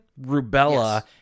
Rubella